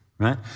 Right